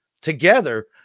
together